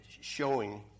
showing